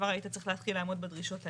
כבר היית צריך להתחיל לעמוד בדרישות האלה.